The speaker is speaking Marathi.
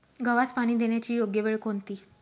गव्हास पाणी देण्याची योग्य वेळ कोणती?